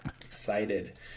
excited